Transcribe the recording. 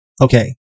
Okay